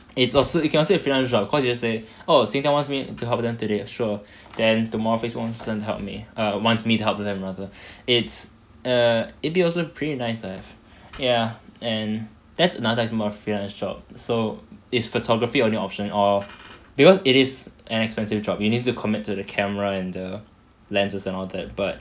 it's also you can also do it as a freelance job cause you just say oh Singtel wants me to help them today sure then tomorrow Facebook to help me err wants me to help them rather it's err it'll be also pretty nice lah ya and that's another's freelance job so is photography your only option or because it is an expensive job you need to commit to the camera and the lenses and all that but